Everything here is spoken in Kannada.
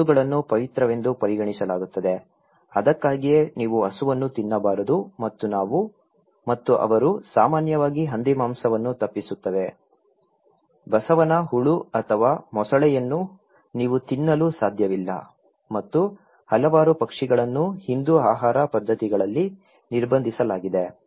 ಹಸುಗಳನ್ನು ಪವಿತ್ರವೆಂದು ಪರಿಗಣಿಸಲಾಗುತ್ತದೆ ಅದಕ್ಕಾಗಿಯೇ ನೀವು ಹಸುವನ್ನು ತಿನ್ನಬಾರದು ಮತ್ತು ನಾವು ಮತ್ತು ಅವರು ಸಾಮಾನ್ಯವಾಗಿ ಹಂದಿಮಾಂಸವನ್ನು ತಪ್ಪಿಸುತ್ತೇವೆ ಬಸವನ ಹುಳು ಅಥವಾ ಮೊಸಳೆಯನ್ನು ನೀವು ತಿನ್ನಲು ಸಾಧ್ಯವಿಲ್ಲ ಮತ್ತು ಹಲವಾರು ಪಕ್ಷಿಗಳನ್ನು ಹಿಂದೂ ಆಹಾರ ಪದ್ಧತಿಗಳಲ್ಲಿ ನಿರ್ಬಂಧಿಸಲಾಗಿದೆ